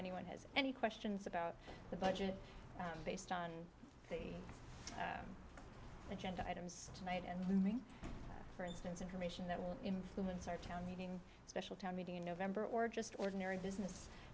anyone has any questions about the budget based on the agenda items tonight and looming for instance information that will influence our town meeting a special town meeting in november or just ordinary business